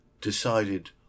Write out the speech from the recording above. decided